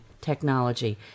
technology